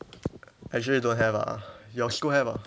actually don't have ah your school have ah